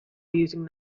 using